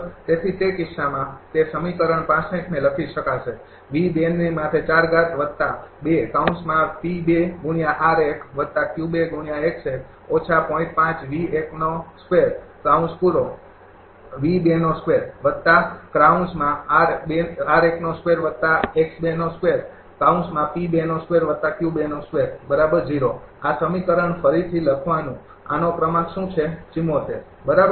તેથી તે કિસ્સામાં તે સમીકરણ ૬૫ ને લખી શકાશે આ સમીકરણ ફરીથી લખવાનું આનો ક્રમાંક શું છે ૭૪ બરાબર